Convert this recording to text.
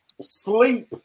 Sleep